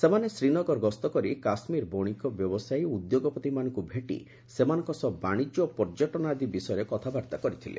ସେମାନେ ଶ୍ରୀନଗର ଗସ୍ତ କରି କାଶ୍ମୀର ବଶିକ ବ୍ୟବସାୟୀ ଓ ଉଦ୍ୟୋଗପତିମାନଙ୍କୁ ଭେଟି ସେମାନଙ୍କ ସହ ବାଶିଜ୍ୟ ଓ ପର୍ଯ୍ୟଟନ ଆଦି ବିଷୟରେ କଥାବାର୍ତ୍ତା କରିଥିଲେ